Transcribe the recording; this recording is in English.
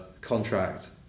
contract